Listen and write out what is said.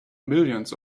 millions